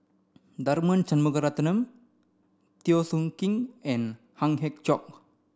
Tharman Shanmugaratnam Teo Soon Kim and Ang Hiong Chiok